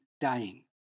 dying